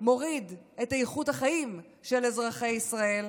ומוריד את איכות החיים של אזרחי ישראל,